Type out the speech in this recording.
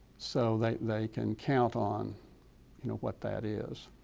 so they they can count on you know what that is.